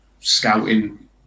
scouting